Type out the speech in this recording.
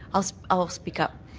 i'll i'll speak up.